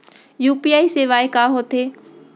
UPI सेवाएं का होथे